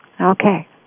Okay